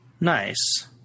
Nice